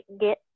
get